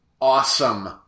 awesome